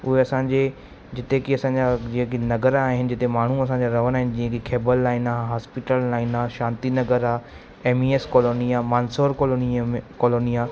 उहे असांजे जिते जी असांजा जीअं कि नगर आहिनि जिते माण्हू असांजा रहंदा आहिनि जीअं कि खेबर लाइन आहे हॉस्पिटल लाइन आहे शांति नगर आहे एम ई एस कॉलौनी आहे मांसौर कॉलौनीअ में कॉलौनी आहे